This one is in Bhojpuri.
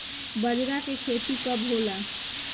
बजरा के खेती कब होला?